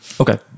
Okay